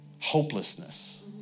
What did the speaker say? hopelessness